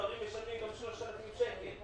ההורים משלמים 3,000 שקלים.